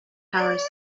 powers